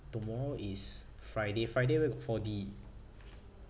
tomorrow is friday friday where got four D